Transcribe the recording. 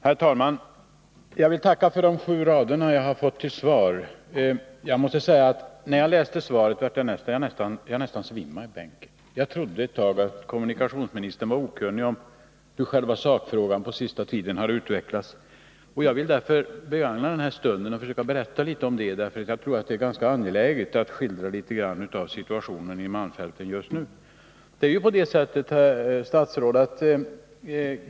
Herr talman! Jag vill tacka för de få rader jag fått till svar. När jag läste svaret nästan svimmade jag. Jag trodde ett tag att kommunikationsministern var okunnig om hur själva sakfrågan utvecklat sig under den senaste tiden. Jag vill därför begagna den här stunden för att berätta litet om det, eftersom jag tror att det är ganska angeläget att skildra något av situationen i malmfälten just nu.